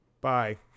Bye